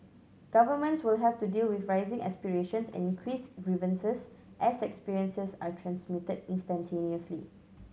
governments will have to deal with rising aspirations and increased grievances as experiences are transmitted instantaneously